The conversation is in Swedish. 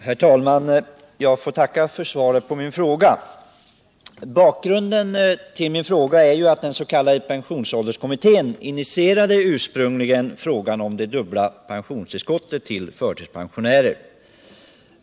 Herr talman! Jag får tacka för svaret på min fråga. Bakgrunden till frågan är följande. Det dubbla pensionstillskottet till förtidspensionärer aktualiserades ursprungligen av den s.k. pensionsålderskommittén.